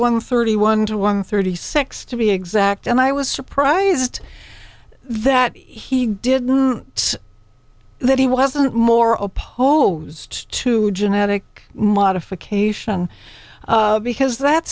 one thirty one to one thirty six to be exact and i was surprised that he did that he wasn't more opposed to genetic modification because that